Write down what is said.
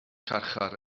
carchar